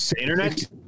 Internet